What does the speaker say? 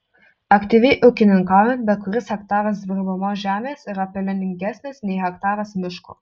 aktyviai ūkininkaujant bet kuris hektaras dirbamos žemės yra pelningesnis nei hektaras miško